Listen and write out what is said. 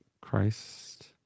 Christ